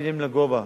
בניינים לגובה,